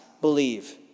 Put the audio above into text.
believe